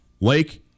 lake